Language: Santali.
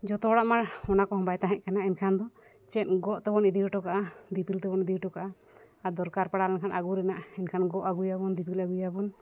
ᱡᱷᱚᱛᱚ ᱦᱚᱲᱟᱜᱼᱢᱟ ᱚᱱᱟ ᱠᱚᱦᱚᱸ ᱵᱟᱭ ᱛᱟᱦᱮᱸᱠᱟᱱᱟ ᱮᱱᱠᱷᱟᱱ ᱫᱚ ᱪᱮᱫ ᱜᱚᱜ ᱛᱮᱵᱚᱱ ᱤᱫᱤ ᱦᱚᱴᱚ ᱠᱟᱜᱼᱟ ᱫᱤᱯᱤᱞ ᱛᱮᱵᱚᱱ ᱤᱫᱤ ᱦᱚᱴᱚ ᱠᱟᱜᱼᱟ ᱟᱨ ᱫᱚᱨᱠᱟᱨ ᱯᱟᱲᱟᱣ ᱞᱮᱱᱠᱷᱟᱱ ᱟᱹᱜᱩ ᱨᱮᱱᱟᱜ ᱮᱱᱠᱷᱟᱱ ᱜᱚᱜ ᱟᱹᱜᱩᱭᱟᱵᱚᱱ ᱫᱤᱯᱤᱞ ᱟᱹᱜᱩᱭᱟᱵᱚᱱ